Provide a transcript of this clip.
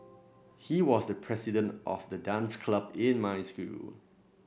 he was the president of the dance club in my school